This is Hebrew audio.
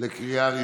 לוועדת